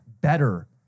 better